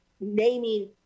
naming